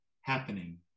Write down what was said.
happening